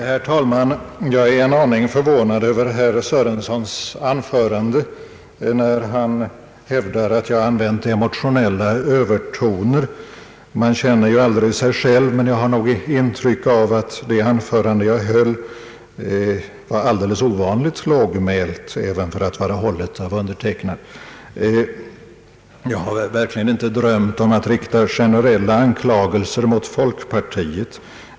Herr talman! Jag är en aning förvånad över herr Sörensons anförande när han hävdar att jag använt emotionella övertoner. Man känner ju aldrig sig själv, men jag har nog ett intryck av att det anförande jag höll var ovanligt lågmält, även för att vara hållet av mig. Jag har verkligen inte drömt om att rikta generella anklagelser mot folkpartiet.